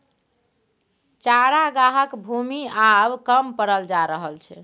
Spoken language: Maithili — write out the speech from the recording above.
चरागाहक भूमि आब कम पड़ल जा रहल छै